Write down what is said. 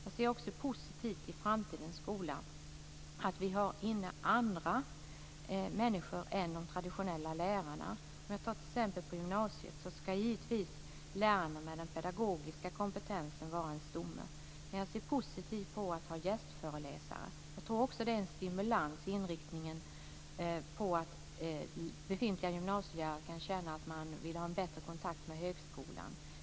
Jag ser också positivt på att vi i framtidens skola tar in andra människor än de traditionella lärarna. Om jag tar gymnasiet som exempel kan jag säga att lärare med pedagogisk kompetens givetvis skall vara en stomme, men jag ser positivt på att ha gästföreläsare. Jag tror att den inriktningen blir en stimulans. Befintliga gymnasielärare kan känna att de vill ha en bättre kontakt med högskolan.